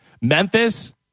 Memphis